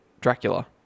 Dracula